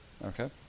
Okay